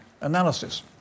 analysis